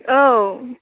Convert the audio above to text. औ